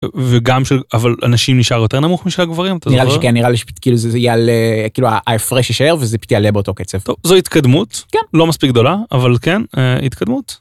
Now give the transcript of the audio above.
וגם של... אבל, הנשים נשאר יותר נמוך משל הגברים? אתה... נראה לי שכן, נראה לי ש... זה יהיה... כאילו, ההפרש יישאר וזה יעלה באותו קצב. זו התקדמות. לא מספיק גדולה, אבל, כן, התקדמות...